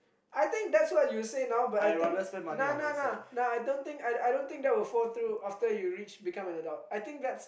I think that's what you say now but I think nah nah nah nah I don't think I I don't think that will fall through after you reach become an adult I think that's